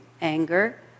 anger